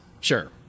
Sure